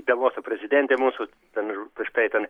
davosą prezidentė mūsų ten prieš tai ten